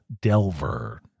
Delver